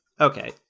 Okay